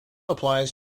applies